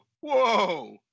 Whoa